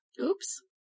Oops